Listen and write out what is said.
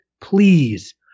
please